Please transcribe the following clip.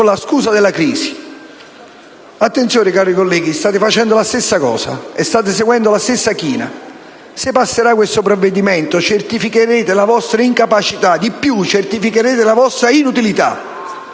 la scusa della crisi. Attenzione, cari colleghi, state facendo la stessa cosa e state seguendo la stessa china: se passerà questo provvedimento certificherete la vostra incapacità; di più, certificherete la vostra inutilità.